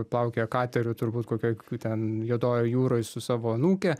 plaukioja kateriu turbūt kokioj kokiu ten juodojoj jūroj su savo anūke